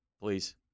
please